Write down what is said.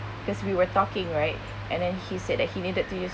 because we were talking right and then he said that he needed to use